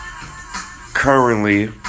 currently